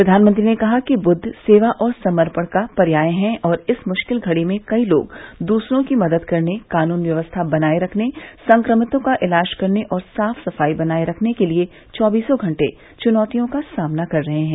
प्रधानमंत्री ने कहा कि बुद्व सेवा और समर्पण का पर्याय हैं और इस मुश्किल घड़ी में कई लोग दूसरों की मदद करने कानून व्यवस्था बनाये रखने संक्रमितों का इलाज करने और साफ सफाई बनाये रखने के लिए चौबीसों घंटे चुनौतियों का सामना कर रहे हैं